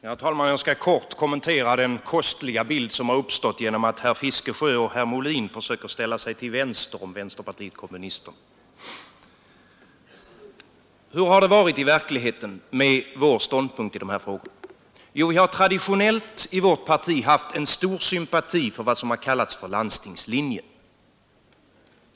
Herr talman! Jag skall kort kommentera den kostliga bild som har uppstått genom att herr Fiskesjö och herr Molin försöker ställa sig till vänster om vänsterpartiet kommunisterna. Hur har det varit i verkligheten med vår ståndpunkt i de här frågorna? Vi har traditionellt i vårt parti haft en stor sympati för vad som har kallats för landstingslinjen.